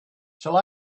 shall